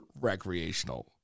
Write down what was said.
recreational